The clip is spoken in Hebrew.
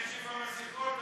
נשף המסכות.